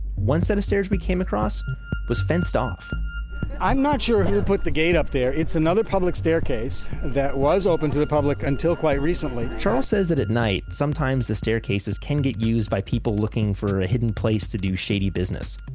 one set of stairs we came across was fenced off i'm not sure who put the gate up there. it's another public staircase that was open to the public until quite recently charles says that at night, sometimes the staircases can get used by people looking for a hidden place to do shady business.